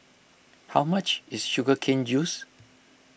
how much is Sugar Cane Juice